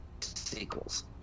sequels